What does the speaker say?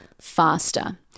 faster